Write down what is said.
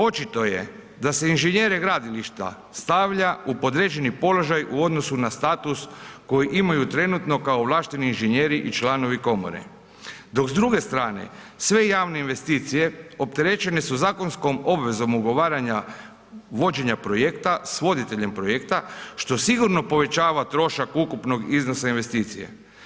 Očito je da se inženjere gradilišta stavlja u podređeni položaj u odnosu na status koji imaju trenutno kao ovlašteni inženjeri i članovi komore, dok s druge strane sve javne investicije opterećene su zakonskom obvezom ugovaranja vođenja projekta s voditeljem projekta, što sigurno povećava trošak ukupnog iznosa investicije.